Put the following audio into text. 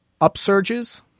upsurges